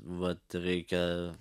vat reikia